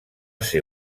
ser